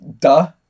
duh